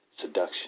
seduction